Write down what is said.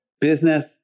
business